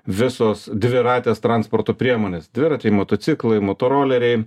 visos dviratės transporto priemonės dviračiai motociklai motoroleriai